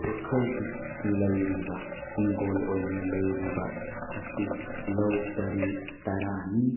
ꯑꯩꯈꯣꯏꯒꯤ ꯂꯩꯔꯤꯕ ꯏꯪꯈꯣꯜ ꯑꯣꯏꯅ ꯂꯩꯔꯤꯕ ꯑꯁꯤ ꯂꯧ ꯄꯔꯤ ꯇꯔꯥꯅꯤ